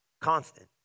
Constant